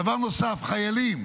דבר נוסף, חיילים